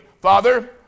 Father